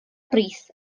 brith